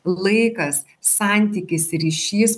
laikas santykis ryšys